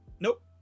nope